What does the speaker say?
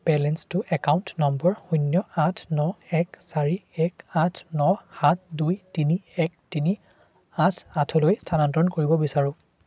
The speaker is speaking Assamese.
বেলেন্সটো একাউণ্ট নম্বৰ শূন্য আঠ ন এক চাৰি এক আঠ ন সাত দুই তিনি এক তিনি এক আঠ আঠলৈ স্থানান্তৰণ কৰিব বিচাৰোঁ